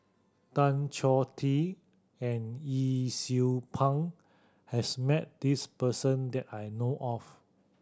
Tan Choh Tee and Yee Siew Pun has met this person that I know of